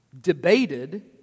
debated